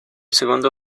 segundo